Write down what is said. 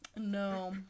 no